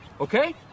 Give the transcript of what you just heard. okay